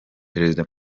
perezida